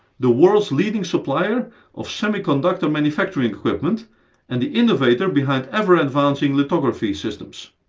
the world's leading supplier of semiconductor manufacturing equipment and the innovator behind ever-advancing lithography systems.